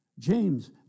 James